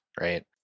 right